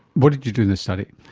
what did you do in this study?